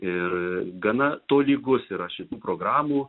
ir gana tolygus yra šitų programų